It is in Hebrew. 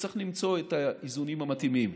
וצריך למצוא את האיזונים המתאימים.